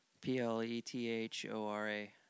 P-L-E-T-H-O-R-A